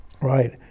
Right